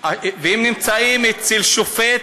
והם נמצאים אצל שופט,